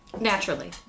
Naturally